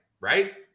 right